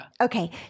Okay